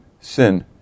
sin